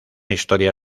historia